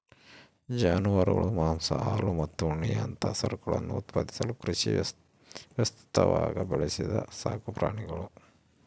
ಜಾನುವಾರುಗಳು ಮಾಂಸ ಹಾಲು ಮತ್ತು ಉಣ್ಣೆಯಂತಹ ಸರಕುಗಳನ್ನು ಉತ್ಪಾದಿಸಲು ಕೃಷಿ ವ್ಯವಸ್ಥ್ಯಾಗ ಬೆಳೆಸಿದ ಸಾಕುಪ್ರಾಣಿಗುಳು